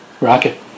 Rocket